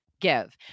give